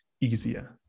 easier